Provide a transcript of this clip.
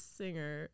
singer